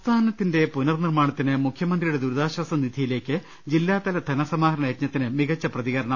സംസ്ഥാനത്തിന്റെ പുനർ നിർമ്മാണത്തിന് മുഖ്യമന്ത്രിയുടെ ദുരിതാശ്ചാസ നിധിയിലേക്ക് ജില്ലാതല ധനസമാഹരണയജ്ഞത്തിന് മികച്ച പ്രതികരണം